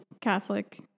Catholic